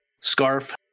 scarf